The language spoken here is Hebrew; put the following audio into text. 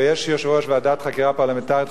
ויש יושב-ראש ועדת חקירה פרלמנטרית,